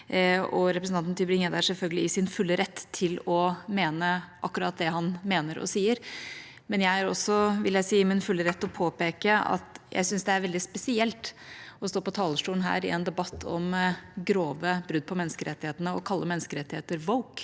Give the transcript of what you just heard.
Representanten Tybring-Gjedde er selvfølgelig i sin fulle rett til å mene akkurat det han mener og sier, men jeg er også, vil jeg si, i min fulle rett til å påpeke at jeg syns det er veldig spesielt å stå på talerstolen her i en debatt om grove brudd på menneskerettighetene og kalle menneskerettigheter